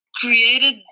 created